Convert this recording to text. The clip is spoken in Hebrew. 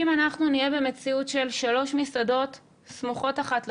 אם אנחנו נהיה במציאות של שלוש מסעדות סמוכות אחת לשנייה,